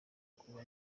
kuba